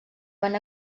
van